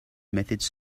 methods